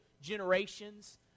generations